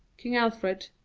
king alfred,